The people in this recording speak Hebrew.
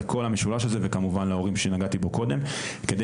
לכל המשולש הזה וגם להורים שנגעתי בו קודם כדי